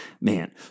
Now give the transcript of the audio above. man